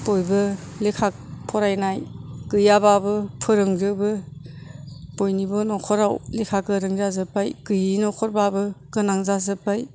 बयबो लेखा फरायनाय गैयाबाबो फोरोंजोबो बयनिबो न'खराव लेखा गोरों जाजोब्बाय गैयि न'खरबाबो गोनां जाजोब्बाय